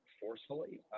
forcefully